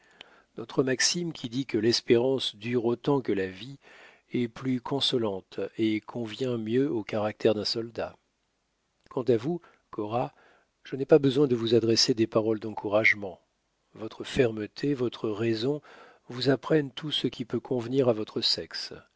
notre maxime qui dit que l'espérance dure autant que la vie est plus consolante et convient mieux au caractère d'un soldat quant à vous cora je n'ai pas besoin de vous adresser des paroles d'encouragement votre fermeté votre raison vous apprennent tout ce qui peut convenir à votre sexe